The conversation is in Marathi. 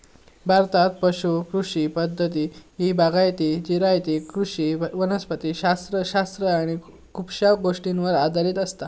भारतात पुश कृषी पद्धती ही बागायती, जिरायती कृषी वनस्पति शास्त्र शास्त्र आणि खुपशा गोष्टींवर आधारित असता